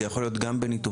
זה יכול להיות גם בניתוחים,